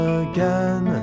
again